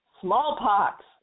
smallpox